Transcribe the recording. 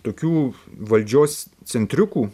tokių valdžios centriukų